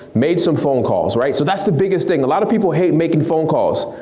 made some phone calls, right? so that's the biggest thing, a lot of people hate making phone calls.